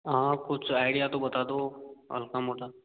आप कुछ आइडिया तो बता दो हल्का मोटा